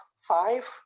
five